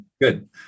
Good